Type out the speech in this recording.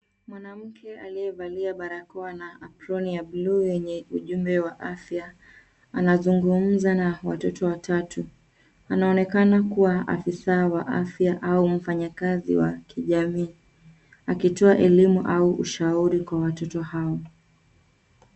Mwanamke aliyevalia barakoa na aproni ya buluu yenye ujumbe wa afya anazungumza na watoto watatu. Anaonekana kuwa afisa wa afya au mfanyikazi wa kijamii akitoa elimu au ushauri kwa watoto hao.